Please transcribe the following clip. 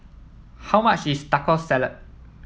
how much is Taco Salad